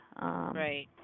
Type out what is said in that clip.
right